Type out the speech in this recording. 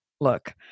look